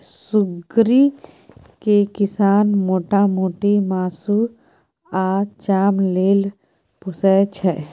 सुग्गरि केँ किसान मोटा मोटी मासु आ चाम लेल पोसय छै